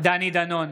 דני דנון,